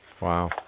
Wow